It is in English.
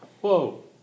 Whoa